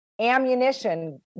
ammunition